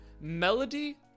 Melody